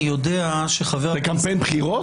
זה קמפיין בחירות?